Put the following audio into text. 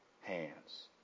hands